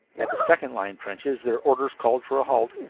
at the second-line trenches their orders called for a halt.